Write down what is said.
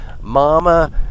Mama